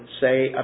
say